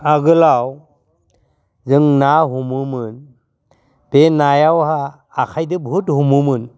आगोलाव जों ना हमोमोन बे नायावहा आखाइदो बुहुद हमोमोन